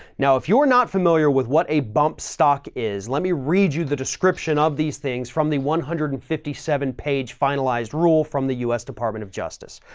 now, if you're not familiar with what a bump stock is, let me read you the description of these things from the one hundred and fifty seven page finalized rule from the us department of justice.